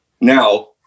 Now